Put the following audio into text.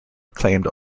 acclaimed